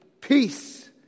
Peace